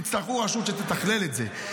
יצטרכו רשות שתתכלל את זה.